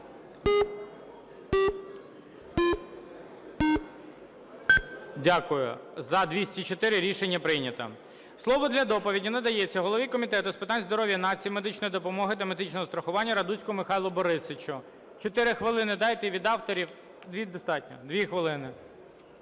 Дякую. За – 204. Рішення прийнято. Слово для доповіді надається голові Комітету з питань здоров'я нації, медичної допомоги та медичного страхування Радуцькому Михайлу Борисовичу. 4 хвилини дайте і від авторів. 2 достатньо? 2 хвилини.